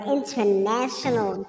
International